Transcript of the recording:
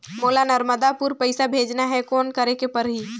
मोला नर्मदापुर पइसा भेजना हैं, कौन करेके परही?